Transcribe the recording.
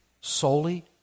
Solely